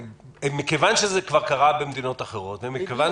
מכיוון שזה כבר קרה במדינות אחרות ומכיוון